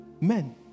Men